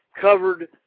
covered